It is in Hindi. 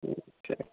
ठीक